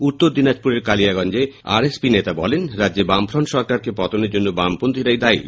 উত্তর দিনাজপুরের কালিয়াগঞ্জে এই আর এস পি নেতা বলেন রাজ্যে বামফ্রন্ট সরকারের পতনের জন্য বামপন্থীরাই দায়ী